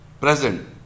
Present